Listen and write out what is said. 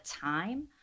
time